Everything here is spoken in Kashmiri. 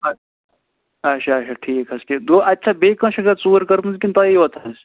اَ اَچھا اَچھا ٹھیٖک حظ ٹھیٖک گوٚو اَتہِ چھا بیٚیہِ کٲنٛسہِ ژوٗر کٔرمٕژ کِنہٕ تۄہی یوت حظ